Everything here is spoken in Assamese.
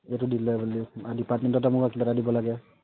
এইটো দিলে বুলি আমাৰ ডিপাৰ্টমণ্টত কিবা এটা দিব লাগে